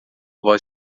voz